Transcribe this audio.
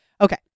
Okay